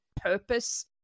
purpose